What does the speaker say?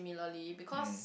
milarly~ because